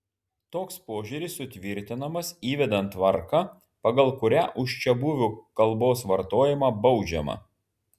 toks požiūris sutvirtinamas įvedant tvarką pagal kurią už čiabuvių kalbos vartojimą baudžiama